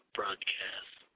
broadcast